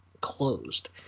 closed